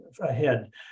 ahead